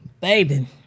Baby